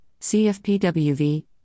CFPWV